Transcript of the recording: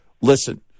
listen